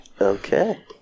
Okay